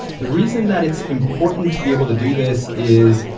the reason that it's important to be able to do this is,